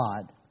God